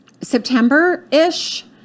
September-ish